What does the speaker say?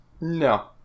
No